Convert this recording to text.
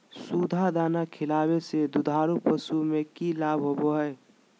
सुधा दाना खिलावे से दुधारू पशु में कि लाभ होबो हय?